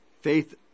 faith